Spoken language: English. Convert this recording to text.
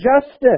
Justice